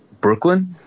Brooklyn